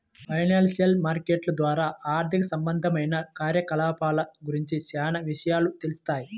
financial మార్కెట్ల ద్వారా ఆర్థిక సంబంధమైన కార్యకలాపాల గురించి చానా విషయాలు తెలుత్తాయి